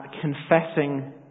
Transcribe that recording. confessing